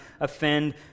offend